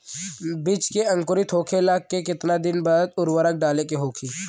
बिज के अंकुरित होखेला के कितना दिन बाद उर्वरक डाले के होखि?